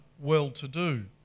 well-to-do